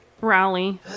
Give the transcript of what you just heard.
rally